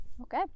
Okay